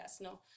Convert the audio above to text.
No